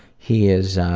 he is